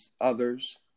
others